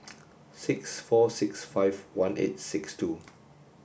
six four six five one eight six two